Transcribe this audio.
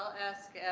ask yeah